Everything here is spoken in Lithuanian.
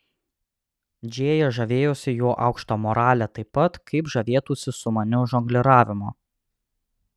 džėja žavėjosi jo aukšta morale taip pat kaip žavėtųsi sumaniu žongliravimu